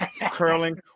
Curling